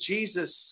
Jesus